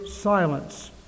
silence